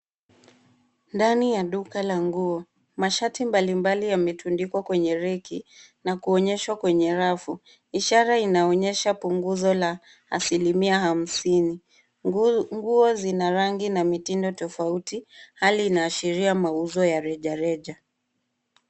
Ndani ya duka la nguo, mashati mbalimbali yametundikwa kwenye reki na kuonyeshwa kwenye rafu. Ishara inaonyesha punguzo la 50%. Nguo zina rangi na mitindo tofauti. Hali inaashiria mauzo ya rejareja.